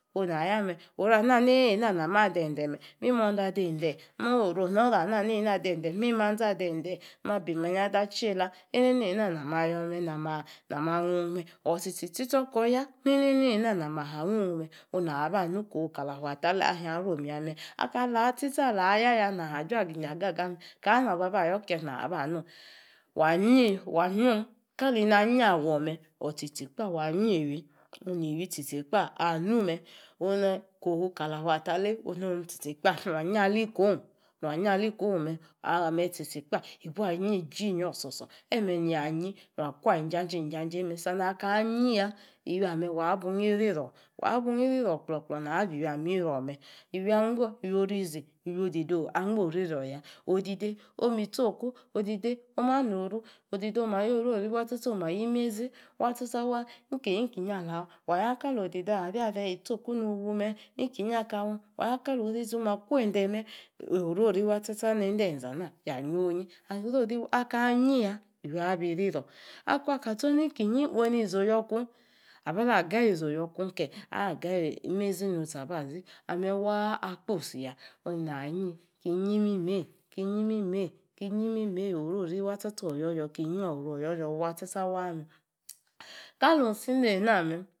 oo na ya mei orua ha neihe ha maa di ende me maa wu mondoor adung maa woru onoro ana neina adende ma wu’ manzi adende ma bimanyi ada tehei la einei nei na ma yoor me. na ma hagung me. awoor tsi tsi tsichoor koor ya nei neinei na maha gung mè na woor aba nu kofi kali afua ta lci ala mi alom yame! alca ha tsi tso aya ya na woor ajua grinya agagame. ka na awoor aba nung? waaji waa yung ka liei bi a’ yaawor me'. otsi. tsi kpa wa yi iwi. onu ni wi tsi tsi kpa anu me’ onu niko fu kali afueta bi onu tsi tsi kpaa ayi alikong hua yalikong me'ame tsi tsi kpa ibuaa'yi lyi inyoor sor sor. eme nia yi nung a’ kwa wu injanjei injanjei me'. sam aka yi ya iwiame’ wa buug iriro. oriro kplo kplo na bii wi ame abirirome. iwi angba iwi orizi. iwi'odidei oo’ angbo riro ya odidei omi ts'oku. odidei omanoru. odidei oma yo’ orori wa tcha tcha waa’ ikinyi ikinyi ala waa. wa ya kili odidei aria rom itsi oku nowu me'. ikinyi aka wa. wa ya'kali orize oma kwe endeme. orori waa neidei enza na. yaa yonyi. akaa yi ya. iwi abi riro yaa yonyi. akaa yi ya. iwi abi riro akung a'kaa tsor nikinyi. woyi na ba ya kung?aba ba ga yi izi okuu yoor kun ke a'gayi meizi ni utsi aba zi ame waa akposi ya buu nei na’ yi nei ni ayi ki yimimei ki yi iminei. ki yi imimei orori waa tcha tcha oyo yoor. yua oro oyo yoor wa tcha tcha waa me'